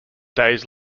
days